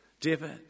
David